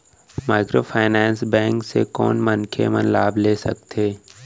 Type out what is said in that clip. Microfinance bank से कोन मनखे मन लाभ ले सकथे?